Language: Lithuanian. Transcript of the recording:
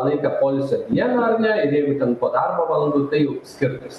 laiką poilsio dieną ar ne ir jeigu ten po darbo valandų tai jau skirtis